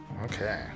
Okay